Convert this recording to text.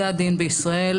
זה הדין בישראל.